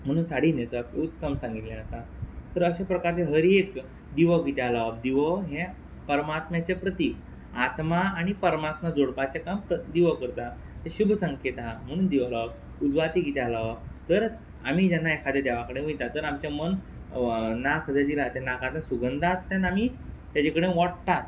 म्हुणू साडी न्हेंसप उत्तम सांगिल्लें आसा तर अशे प्रकारचे हर एक दिवो कित्या लावप दिवो हें परमात्म्याचें प्रतीक आत्मा आणी परमात्मा जोडपाचें काम प्र दिवो करता तें शूभ संकेत आहा म्हुणून दिवो लावप उजवाती कित्या लावप तर आमी जेन्ना एखादें देवा कडे वयता तर आमचें मन नाक जंय दिलां ते नाकातल्यान सुगंदातल्यान आमी तेजे कडे वोडटात